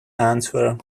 answer